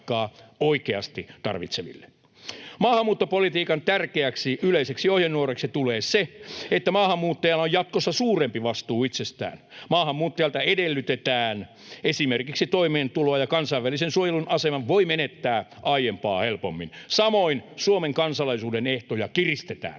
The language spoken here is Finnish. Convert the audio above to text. Maahanmuuttopolitiikan tärkeäksi yleiseksi ohjenuoraksi tulee se, että maahanmuuttajalla on jatkossa suurempi vastuu itsestään. Maahanmuuttajalta edellytetään esimerkiksi toimeentuloa, ja kansainvälisen suojelun aseman voi menettää aiempaa helpommin. Samoin Suomen kansalaisuuden ehtoja kiristetään.